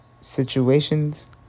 Situations